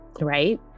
right